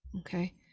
Okay